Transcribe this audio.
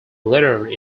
lettered